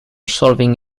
solving